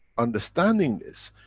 understanding this,